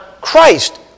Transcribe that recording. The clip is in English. Christ